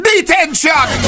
Detention